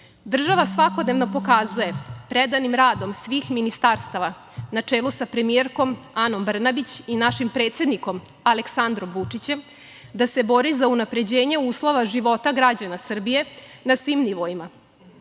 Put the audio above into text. svakodnevno pokazuje predanim radom svih ministarstava na čelu sa premijerkom Anom Brnabić i našim predsednikom Aleksandrom Vučićem da se bori za unapređenje uslova života građana Srbije na svim nivoima